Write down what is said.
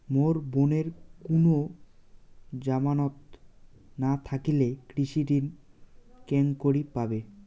মোর বোনের কুনো জামানত না থাকিলে কৃষি ঋণ কেঙকরি পাবে?